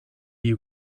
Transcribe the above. you